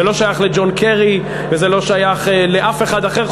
זה לא שייך לג'ון קרי וזה לא שייך לאף אחד אחר,